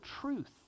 truth